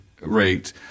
rate